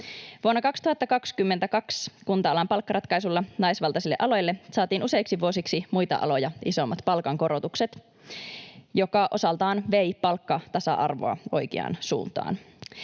Vuonna 2022 kunta-alan palkkaratkaisulla naisvaltaisille aloille saatiin useiksi vuosiksi muita aloja isommat palkankorotukset, mikä osaltaan vei palkkatasa-arvoa oikeaan suuntaan.